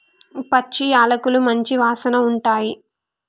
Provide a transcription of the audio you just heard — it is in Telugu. పచ్చి యాలకులు మంచి వాసన ఉంటాయి